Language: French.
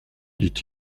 dit